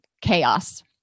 chaos